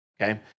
okay